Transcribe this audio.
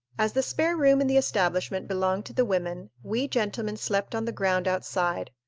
as the spare room in the establishment belonged to the women, we gentlemen slept on the ground outside,